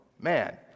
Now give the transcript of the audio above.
man